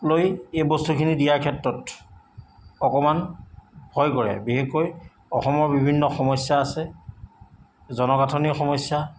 লৈ এই বস্তুখিনি দিয়া ক্ষেত্ৰত অকণমান ভয় কৰে বিশেষকৈ অসমৰ বিভিন্ন সমস্যা আছে জনগাঁথনিৰ সমস্যা